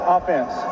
Offense